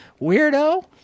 Weirdo